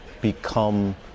become